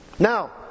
Now